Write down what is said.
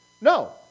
No